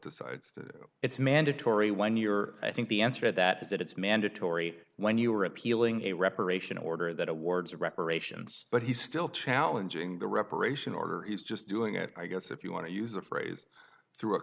decides it's mandatory when your i think the answer to that is that it's mandatory when you're appealing a reparation order that awards reparations but he still challenging the reparation order is just doing it i guess if you want to use the phrase through a